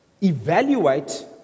evaluate